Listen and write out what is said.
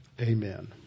Amen